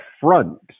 front